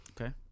Okay